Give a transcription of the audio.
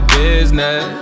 business